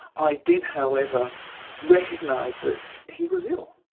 i did however recognise that he was ill.